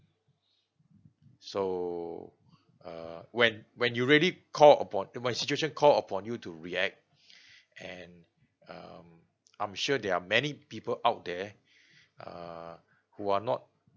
so uh when when you really call upon in my situation call upon you to react and um I'm sure there are many people out there err who are not